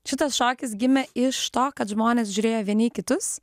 šitas šokis gimė iš to kad žmonės žiūrėjo vieni į kitus